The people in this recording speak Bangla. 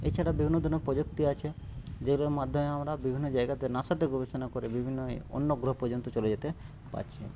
এছাড়া বিভিন্ন ধরণের প্রযুক্তি আছে যেগুলোর মাধ্যমে আমরা বিভিন্ন জায়গাতে নাসাতে গবেষণা করে বিভিন্ন অন্য গ্রহ পর্যন্ত চলে যেতে পারছি